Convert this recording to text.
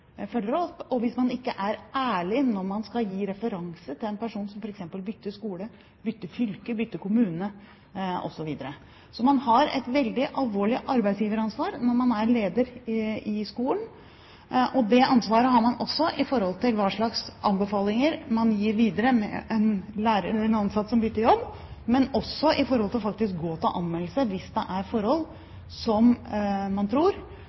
følger opp, og hvis man ikke er ærlig når man skal gi referanse til en person som f.eks. bytter skole, bytter fylke, bytter kommune osv. Så man har et veldig alvorlig arbeidsgiveransvar når man er leder i skolen. Det ansvaret har man også i forhold til hva slags anbefalinger man gir videre om en ansatt som bytter jobb, og for faktisk å gå til anmeldelse hvis det er snakk om forhold man tror